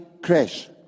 crash